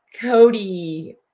Cody